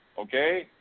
okay